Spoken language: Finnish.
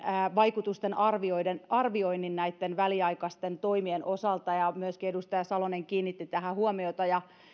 vaikutusten arvioinnin arvioinnin näitten väliaikaisten toimien osalta ja myöskin edustaja salonen kiinnitti tähän huomiota ja